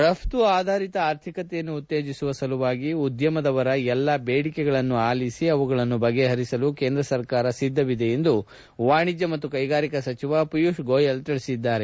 ರಫ್ತು ಆಧಾರಿತ ಆರ್ಥಿಕತೆಯನ್ನು ಉತ್ತೇಜಿಸುವ ಸಲುವಾಗಿ ಉದ್ಯಮದವರ ಎಲ್ಲ ಬೇಡಿಕೆಗಳನ್ನು ಅಲಿಸಿ ಅವುಗಳನ್ನು ಬಗೆಹರಿಸಲು ಕೇಂದ್ರ ಸರ್ಕಾರ ಬದ್ದವಿದೆ ಎಂದು ವಾಣೆಜ್ಯ ಮತ್ತು ಕೈಗಾರಿಕಾ ಸಚಿವ ಪಿಯೂಷ್ ಗೋಯಲ್ ಹೇಳಿದ್ದಾರೆ